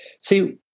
See